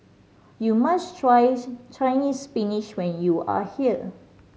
you must try Chinese Spinach when you are here